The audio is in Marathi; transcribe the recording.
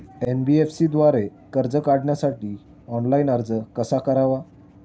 एन.बी.एफ.सी द्वारे कर्ज काढण्यासाठी ऑनलाइन अर्ज कसा करावा?